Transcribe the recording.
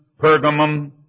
Pergamum